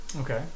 Okay